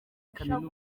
kaminuza